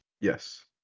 Yes